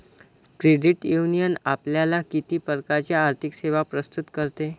Credit union आपल्याला किती प्रकारच्या आर्थिक सेवा प्रस्तुत करते?